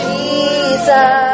Jesus